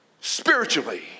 spiritually